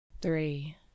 three